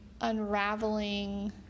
unraveling